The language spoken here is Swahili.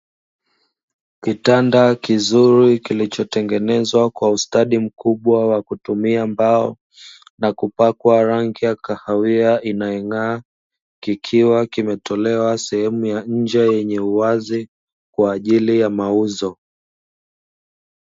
Kitanda kizuri kilichotengenezwa kwa ustadi mkubwa wa kutumia mbao na kupandwa rangi ya kahawia inayong’aa. Kikiwa kimetolewa sehemu ya nje kwa ajili ya mauzo.